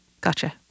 Gotcha